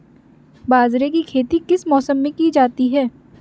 बाजरे की खेती किस मौसम में की जाती है?